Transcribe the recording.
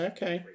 Okay